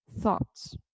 thoughts